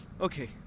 Okay